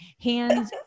hands